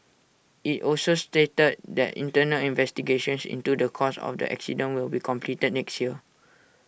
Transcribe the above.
IT also stated that internal investigations into the cause of the accident will be completed next year